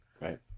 Right